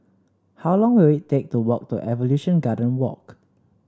how long will it take to walk to Evolution Garden Walk